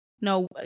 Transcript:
No